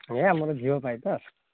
ଏ ଆମର ଝିଅ ପାଇଁ ତ